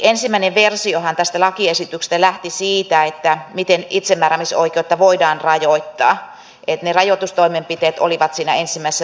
ensimmäinen versiohan tästä lakiesityksestä lähti siitä miten itsemääräämisoikeutta voidaan rajoittaa ja ne rajoitustoimenpiteet olivat siinä ensimmäisessä versiossa keskiössä